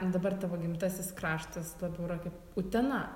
dabar tavo gimtasis kraštas labiau yra kaip utena